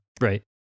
Right